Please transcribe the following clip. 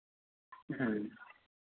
ہاں